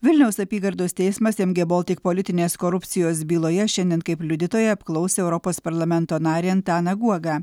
vilniaus apygardos teismas mg baltic politinės korupcijos byloje šiandien kaip liudytoją apklaus europos parlamento narį antaną guogą